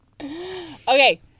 Okay